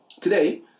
Today